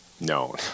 No